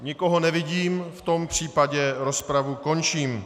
Nikoho nevidím, v tom případě rozpravu končím.